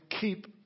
keep